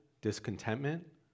discontentment